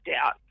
out